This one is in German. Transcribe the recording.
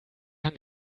hang